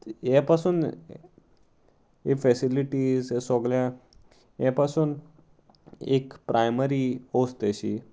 हे पासून हे फेसिलिटीज हे सगल्या हें पासून एक प्रायमरी वस्त अशी